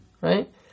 right